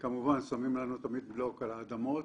כמובן שמים לנו תמיד בלוק על האדמות.